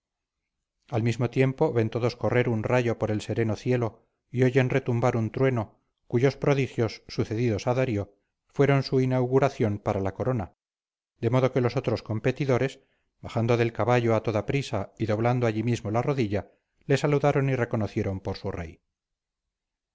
al mismo tiempo ven todos correr un rayo por el sereno cielo y oyen retumbar un trueno cuyos prodigios sucedidos a darío fueron su inauguración para la corona de modo que los otros competidores bajando del caballo a toda prisa y doblando allí mismo la rodilla le saludaron y reconocieron por su rey